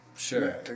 Sure